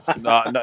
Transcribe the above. No